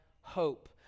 hope